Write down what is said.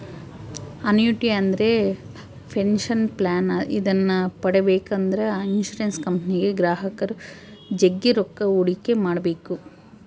annuity ಅಂದ್ರೆ pension plan ಇದನ್ನ ಪಡೆಬೇಕೆಂದ್ರ ಇನ್ಶುರೆನ್ಸ್ ಕಂಪನಿಗೆ ಗ್ರಾಹಕರು ಜಗ್ಗಿ ರೊಕ್ಕ ಹೂಡಿಕೆ ಮಾಡ್ಬೇಕು